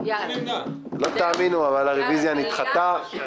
אין הרביזיה של חבר הכנסת מיקי לוי